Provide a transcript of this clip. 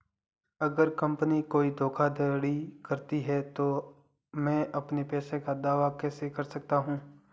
अगर कंपनी कोई धोखाधड़ी करती है तो मैं अपने पैसे का दावा कैसे कर सकता हूं?